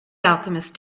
alchemist